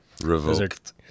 Revoked